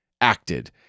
acted